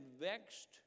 vexed